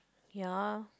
ya